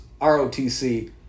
ROTC